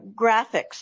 graphics